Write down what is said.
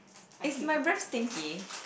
it's my birthday gift